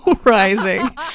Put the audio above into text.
rising